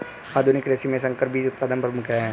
आधुनिक कृषि में संकर बीज उत्पादन प्रमुख है